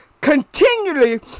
Continually